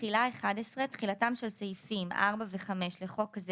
11.תחילה תחילתם של סעיפים 4 ו-5 לחוק זה